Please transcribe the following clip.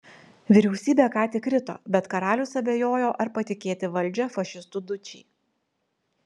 vyriausybė ką tik krito bet karalius abejojo ar patikėti valdžią fašistų dučei